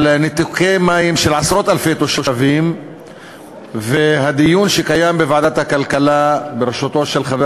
אלפי תושבים והדיון בוועדת הכלכלה בראשותו של חבר